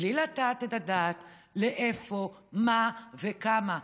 בלי לתת את הדעת לאיפה, מה וכמה?